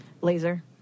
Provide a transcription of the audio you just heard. Laser